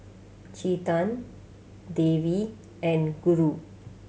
Chetan Devi and Guru